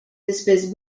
espèces